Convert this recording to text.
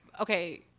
Okay